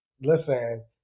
Listen